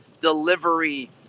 delivery